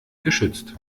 geschützt